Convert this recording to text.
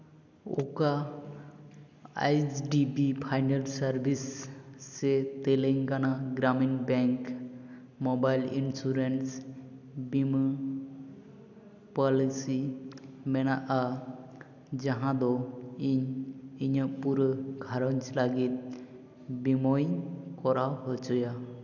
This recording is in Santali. ᱚᱠᱟ H D B financial service ᱥᱮ ᱛᱮᱠᱮᱝᱜᱟᱱᱟ Gramin bank mobile insurance policy ᱢᱮᱱᱟᱜᱼᱟ ᱡᱟᱦᱟᱸ ᱫᱚ ᱤᱧ ᱤᱧᱟᱹᱜ ᱯᱩᱨᱟᱹ ᱜᱷᱟᱨᱚᱸᱡᱽ ᱞᱟᱹᱜᱤᱫ ᱵᱤᱢᱟᱧ ᱠᱚᱨᱟᱣ ᱦᱚᱪᱚᱭᱟ